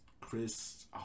Chris